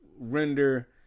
render